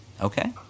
Okay